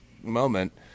moment